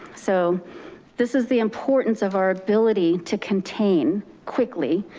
so this is the importance of our ability to contain quickly,